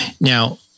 Now